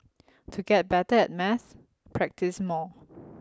to get better at maths practise more